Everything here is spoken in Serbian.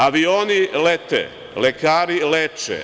Avioni lete, lekari leče.